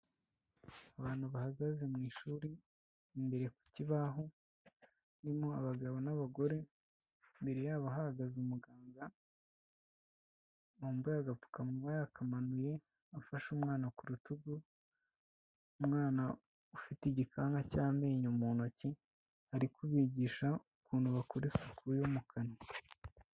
Abantu bahagaze mu ishuri imbere ku kibaho, harimo abagabo n'abagore, imbere yabo hahagaze umuganga wambaye agapfukamunwa yakamanuye, afashe umwana ku rutugu, umwana ufite igikanka cy'amenyo mu ntoki, ari kubigisha ukuntu bakora isuku yo mu kanwa.